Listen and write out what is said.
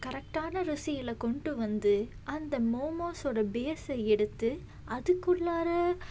கரெக்டான ருசியில் கொண்டு வந்து அந்த மோமோஸோடய பேஸ எடுத்து அதுக்குள்ளாற